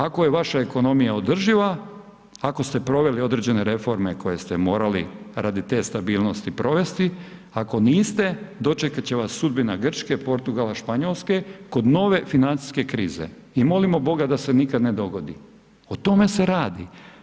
Ako je vaša ekonomija održiva, ako ste proveli određene reforme koje ste morali radi te stabilnosti provesti, ako niste dočekat će vas sudbina Grčke, Portugala, Španjolske kod nove financijske krize, i molimo boga da se nikad ne dogodi, o tome se radi.